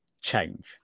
change